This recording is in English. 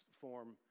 form